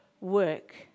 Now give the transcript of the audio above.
work